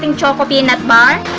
and choco peanut bar.